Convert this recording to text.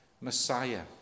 Messiah